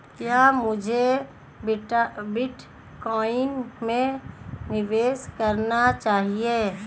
क्या मुझे बिटकॉइन में निवेश करना चाहिए?